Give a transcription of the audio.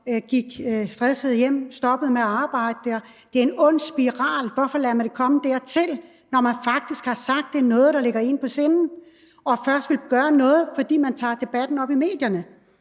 gik stressede hjem, og de stoppede med at arbejde der. Det er en ond spiral. Hvorfor lader man det komme dertil, når man faktisk har sagt, at det er noget, der ligger en på sinde? Og hvorfor vil man først gøre noget, når debatten bliver taget op i medierne?